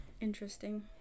Interesting